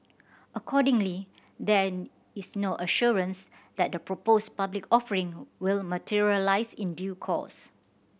accordingly there is no assurance that the proposed public offering will materialise in due course